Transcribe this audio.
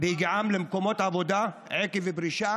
בהגיעם למקומות עבודה עקב פרישה